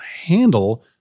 handle